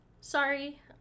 Sorry